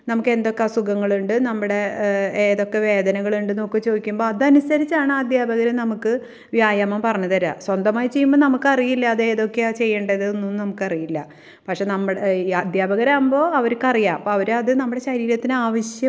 നമുക്ക് എന്തൊക്കെ അസുഖങ്ങളുണ്ട് നമ്മുടെ ഏതൊക്കെ വേദനകളുണ്ട് എന്നൊക്കെ ചോദിക്കുമ്പോൾ അത് അനുസരിച്ചാണ് അധ്യാപകർ നമുക്ക് വ്യായാമം പറഞ്ഞ് തരാ സ്വന്തമായി ചെയ്യുമ്പം നമുക്ക് അറിയില്ല അതേതൊക്കെയാണ് ചെയ്യേണ്ടത് എന്നൊന്നും നമുക്ക് അറിയില്ല പക്ഷെ നമ്മുടെ അദ്ധ്യാപകരാകുമ്പോൾ അവർക്ക് അറിയാം അപ്പം അവർ അത് നമ്മുടെ ശരീരത്തിന് ആവശ്യമായ